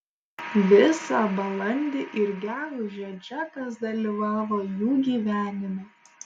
visą balandį ir gegužę džekas dalyvavo jų gyvenime